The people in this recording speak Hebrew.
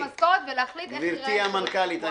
לקבל מעט משכורת ולהחליט איך תראה השרות בתחבורה הציבורית.